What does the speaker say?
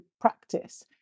practice